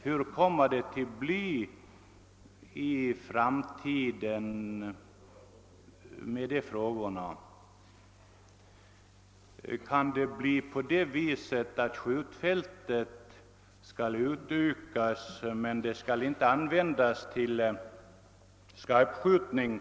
Hur kommer det att bli i framtiden i dessa avseenden? Kan skjutfältet komma att utbyggas utan att användas till skarpskjutning?